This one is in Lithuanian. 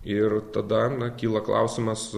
ir tada kyla klausimas